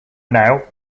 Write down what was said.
now